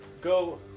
go